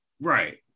Right